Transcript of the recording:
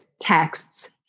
texts